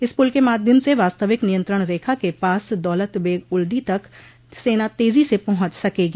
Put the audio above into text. इस पुल के माध्यम से वास्तविक नियंत्रण रेखा के पास दौलत बेग ओल्डी तक सेना तेजी से पहुंच सकेगी